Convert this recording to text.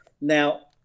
Now